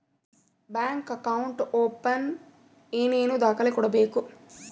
Bank account open ಏನೇನು ದಾಖಲೆ ಕೊಡಬೇಕು?